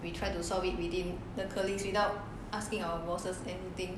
W